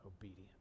obedient